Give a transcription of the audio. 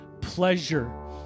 pleasure